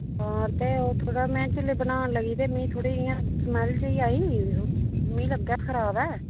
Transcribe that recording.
हां ते ओ थोह्ड़ा मैं जिल्लै बनान लगी ते मि थोह्ड़ी इय्यां स्मैल्ल जेहि आई मि लग्गेया खराब ऐ